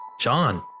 John